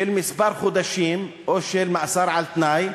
של כמה חודשים או של מאסר על-תנאי,